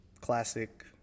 classic